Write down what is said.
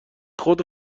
خود